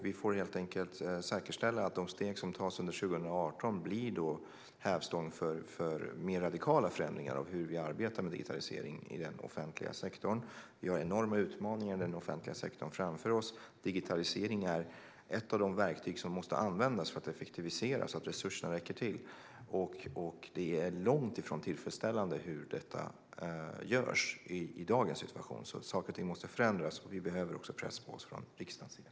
Vi får helt enkelt säkerställa att de steg som tas under 2018 blir hävstång för mer radikala förändringar av hur vi arbetar med digitalisering i den offentliga sektorn. Vi har enorma utmaningar framför oss i den offentliga sektorn. Digitalisering är ett av de verktyg som måsta användas för att effektivisera så att resurserna räcker till. Det är långt ifrån tillfredsställande hur det görs i dagens situation. Saker och ting måste förändras. Vi behöver också press på oss från riksdagens sida.